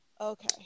Okay